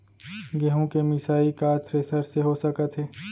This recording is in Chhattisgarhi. गेहूँ के मिसाई का थ्रेसर से हो सकत हे?